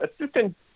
assistant